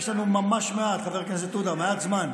תגיד, יש לנו, חבר הכנסת עודה, ממש מעט זמן.